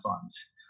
funds